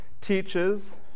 teaches